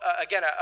again